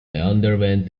underwent